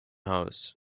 house